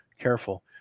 careful